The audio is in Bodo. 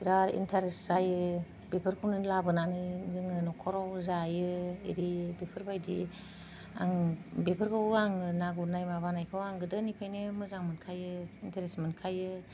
बिराद इन्टारेस्ट जायो बेफोरखौनो लाबोनानै जोङो न'खराव जायो बिदि बेफोरबादि आं बेफोरखौ आङो ना गुरनायखौ माबानायखौ आं गोदोनिफायनो मोजां मोनखायो इन्टारेसट मोनखायो